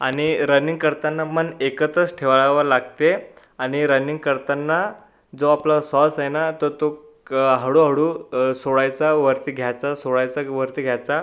आणि रनिंग करताना मन एकत्रच ठेवावं लागते आणि रनिंग करताना जो आपला सॉस आहे ना तर तो क हळूहळू सोडायचा वरती घ्यायचा सोडायचा की वरती घ्यायचा